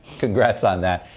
congrats on that.